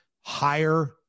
higher